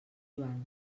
joan